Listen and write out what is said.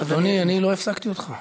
אדוני, אני לא הפסקתי אותך.